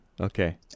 Okay